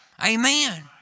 Amen